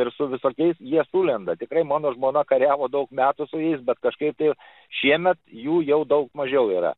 ir su visokiais jie sulenda tikrai mano žmona kariavo daug metų su jais bet kažkaip tai šiemet jų jau daug mažiau yra